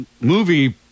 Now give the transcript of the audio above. movie